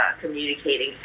communicating